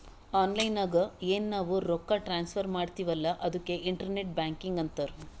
online ನಾಗ್ ಎನ್ ನಾವ್ ರೊಕ್ಕಾ ಟ್ರಾನ್ಸಫರ್ ಮಾಡ್ತಿವಿ ಅಲ್ಲಾ ಅದುಕ್ಕೆ ಇಂಟರ್ನೆಟ್ ಬ್ಯಾಂಕಿಂಗ್ ಅಂತಾರ್